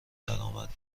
درآمد